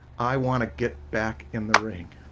i want to get back in the ring